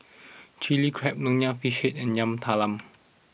Chili Crab Nonya Fish and Yam Talam